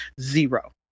Zero